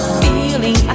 feeling